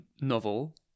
novel